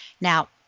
Now